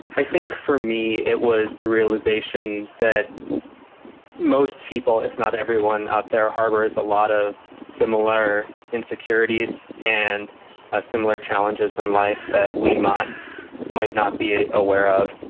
i think for me, it was the realization that most people, if not everyone out there, harbors a lot of similar insecurities and ah similar challenges in life that we might might not be aware of,